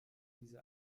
diese